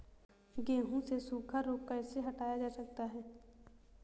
गेहूँ से सूखा रोग कैसे हटाया जा सकता है?